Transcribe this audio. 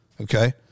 okay